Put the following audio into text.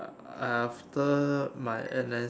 after my N_S